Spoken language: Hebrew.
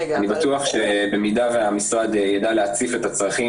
אני בטוח שבמידה והמשרד יידע להציף את הצרכים